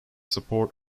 support